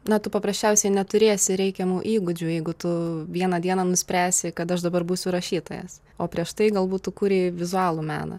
na tu paprasčiausiai neturėsi reikiamų įgūdžių jeigu tu vieną dieną nuspręsi kad aš dabar būsiu rašytojas o prieš tai galbūt tu kurei vizualų meną